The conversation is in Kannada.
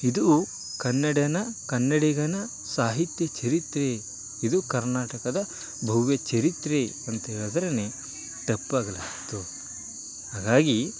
ಇದು ಕನ್ನಡನ ಕನ್ನಡಿಗನ ಸಾಹಿತ್ಯ ಚರಿತ್ರೆ ಇದು ಕರ್ನಾಟಕದ ಭವ್ಯ ಚರಿತ್ರೆ ಅಂತೇಳ್ದ್ರೆ ತಪ್ಪಾಗಲಾರದು ಹಾಗಾಗಿ